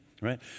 right